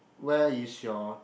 where is your